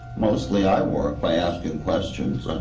mostly, i work by asking questions